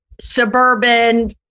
suburban